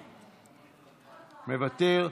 מוותר,